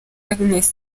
agnès